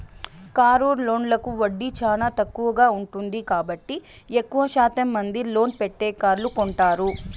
car లోన్లకు వడ్డీ చానా తక్కువగా ఉంటుంది కాబట్టి ఎక్కువ శాతం మంది లోన్ పెట్టే కార్లు కొంటారు